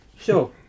Sure